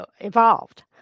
evolved